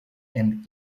and